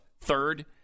third